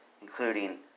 including